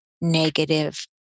negative